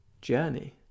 journey